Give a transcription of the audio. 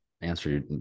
answer